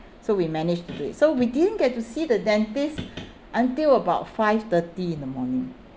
so we managed to do it so we didn't get to see the dentist until about five thirty in the morning